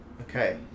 Okay